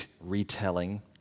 retelling